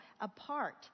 apart